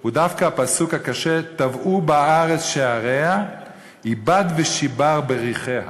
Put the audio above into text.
הוא דווקא הפסוק הקשה: "טבעו בארץ שעריה אִבַּד וְשִׁבַּר בריחיה".